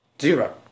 zero